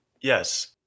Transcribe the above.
Yes